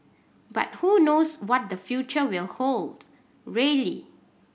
but who knows what the future will hold really